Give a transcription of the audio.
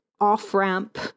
off-ramp